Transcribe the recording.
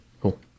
Cool